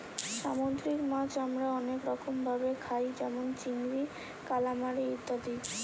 সামুদ্রিক মাছ আমরা অনেক ভাবে খাই যেমন চিংড়ি, কালামারী ইত্যাদি